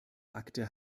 akte